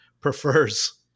prefers